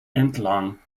entlang